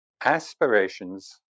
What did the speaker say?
Aspirations